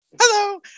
Hello